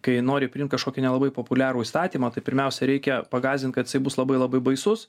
kai nori priimt kažkokį nelabai populiarų įstatymą tai pirmiausia reikia pagąsdint kad jisai bus labai labai baisus